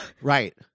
Right